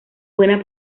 buena